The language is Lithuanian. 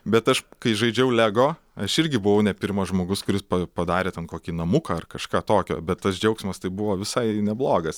bet aš kai žaidžiau lego aš irgi buvau ne pirmas žmogus kuris padarė ten kokį namuką ar kažką tokio bet tas džiaugsmas tai buvo visai neblogas